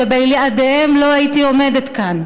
שבלעדיהם לא הייתי עומדת כאן: